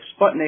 Sputnik